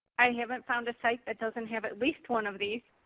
i haven't found a site that doesn't have at least one of these.